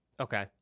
Okay